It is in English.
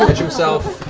himself.